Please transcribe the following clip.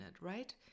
right